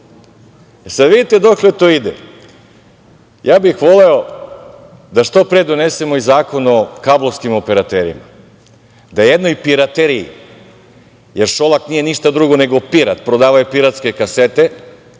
Vidite dokle to ide. Ja bih voleo da što pre donesemo ovaj zakon o kablovskim operaterima, da jednoj pirateriji, jer Šolak nije ništa drugo nego pirat, prodavao je piratske kasete,